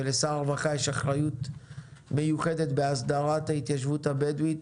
ולשר הרווחה יש אחריות מיוחדת בהסדרת ההתיישבות הבדווית,